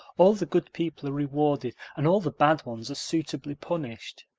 all the good people are rewarded and all the bad ones are suitably punished.